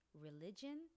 religion